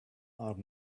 are